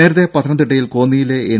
നേരത്തെ പത്തനംതിട്ടയിൽ കോന്നിയിലെ എൻ